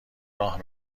راه